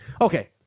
Okay